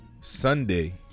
Sunday